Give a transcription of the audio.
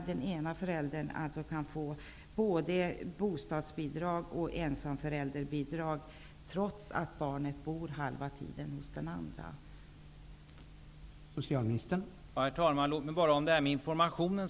Den ena föräldern kan få både bostadsbidrag och ensamförälderbidrag, trots att barnet bor halva tiden hos den andra föräldern.